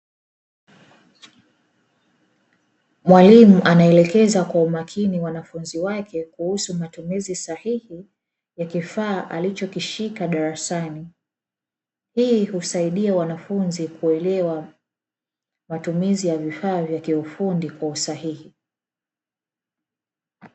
Mwalimu anaelekeza kwa umakini wanafunzi wake kuhusu matumizi sahihi ya kifaa alichokishika darasani, hii husaidia wanafunzi kuelewa matumizi ya vifaa vya ufundi kwa usahihi.